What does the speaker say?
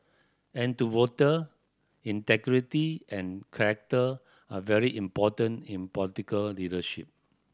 and to voter integrity and character are very important in political leadership